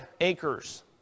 acres